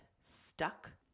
stuck